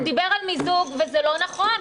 אבל הוא דיבר על מיזוג וזה לא נכון,